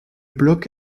bloc